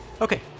Okay